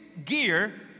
gear